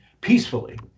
peacefully